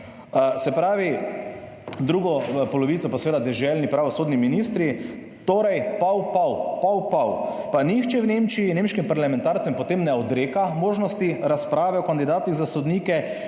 drugo polovico pa seveda deželni pravosodni ministri, torej pol, pol, pa nihče v Nemčiji nemškim parlamentarcem potem ne odreka možnosti razprave o kandidatih za sodnike,